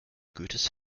goethes